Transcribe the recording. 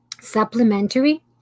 supplementary